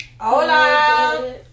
Hola